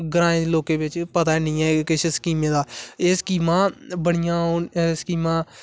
ग्रां दे लोके बिच पता है नी ऐ कि किश स्किमे दा एह् स्किमा बडियां ओह् ना स्किमा